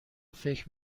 فکر